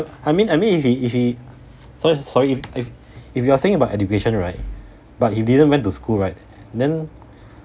I mean I mean if he if he sorry sorry if if if you are saying about education right but he didn't went to school right then